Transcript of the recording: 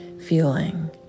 feeling